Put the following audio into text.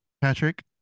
Patrick